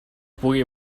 pugui